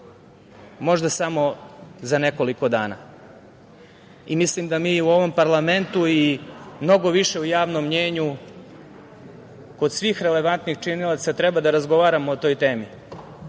možda samo za nekoliko dana. Mislim da mi u ovom parlamentu i mnogo više u javnom mnjenju kod svih relevantnih činilaca treba da razgovaramo o toj